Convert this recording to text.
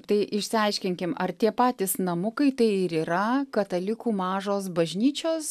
tai išsiaiškinkim ar tie patys namukai tai ir yra katalikų mažos bažnyčios